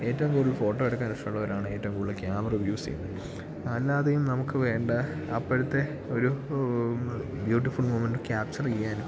ഏറ്റവും കൂടുതൽ ഫോട്ടോ എടുക്കാനിഷ്ടമുള്ളവരാണ് ഏറ്റവും കൂടുതൽ ക്യാമറ യൂസ് ചെയ്യുന്നത് അല്ലാതെയും നമുക്ക് വേണ്ട അപ്പോഴത്തെ ഒരു ബ്യൂട്ടിഫുൾ മൊമെന്റ് ക്യാപ്ച്ചർ ചെയ്യാനും